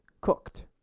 cooked